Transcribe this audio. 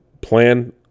plan